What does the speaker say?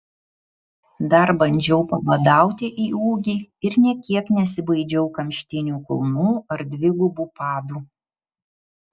dar bandžiau pabadauti į ūgį ir nė kiek nesibaidžiau kamštinių kulnų ar dvigubų padų